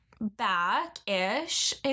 back-ish